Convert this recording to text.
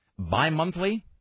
bimonthly